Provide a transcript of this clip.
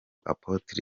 apotre